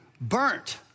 burnt